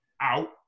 out